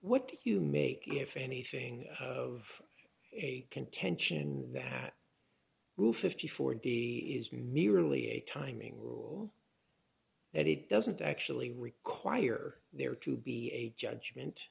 what do you make if anything of a contention that fifty four d is merely a timing rule that it doesn't actually require there to be a judgment